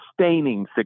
Sustaining